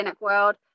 world